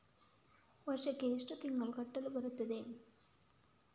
ವರ್ಷಕ್ಕೆ ಎಷ್ಟು ತಿಂಗಳು ಕಟ್ಟಲು ಬರುತ್ತದೆ?